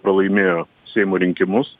pralaimėjo seimo rinkimus